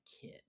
kid